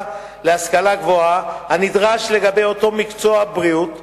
להשכלה גבוהה הנדרש לגבי אותו מקצוע בריאות,